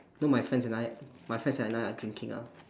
you know my friends and I my friends and I are drinking ah